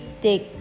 take